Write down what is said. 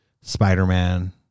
Spider-Man